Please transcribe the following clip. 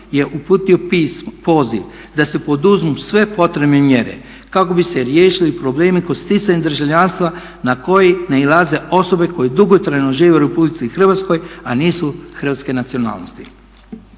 je uputio poziv da se poduzmu sve potrebne mjere kako bi se riješili problemi kod sticanja državljanstva na koji nailaze osobe koje dugotrajno žive u Republici Hrvatskoj, a nisu hrvatske nacionalnosti.